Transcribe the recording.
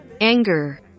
Anger